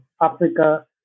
Africa